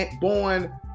born